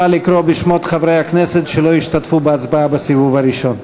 נא לקרוא בשמות חברי הכנסת שלא השתתפו בהצבעה בסיבוב הראשון.